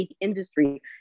industry